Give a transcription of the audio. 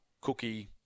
Cookie